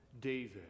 David